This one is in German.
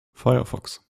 firefox